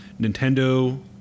Nintendo